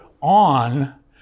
on